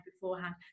beforehand